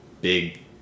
big